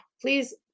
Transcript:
please